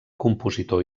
compositor